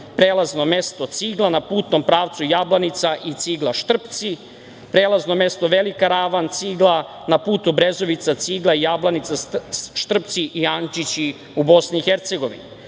prelazno mesto Cigla na putnom pravcu Jablanica i Cigla – Štrpci, prelazno mesto Velika Ravan – Cigla na puto Brezovica – Cigla, Jablanica – Štrpci i Ančići, u Bosni